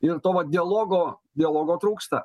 ir to va dialogo dialogo trūksta